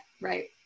right